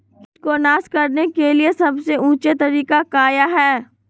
किट को नास करने के लिए सबसे ऊंचे तरीका काया है?